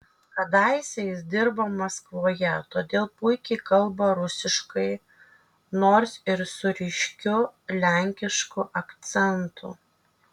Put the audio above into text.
kadaise jis dirbo maskvoje todėl puikiai kalba rusiškai nors ir su ryškiu lenkišku akcentu